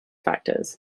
factors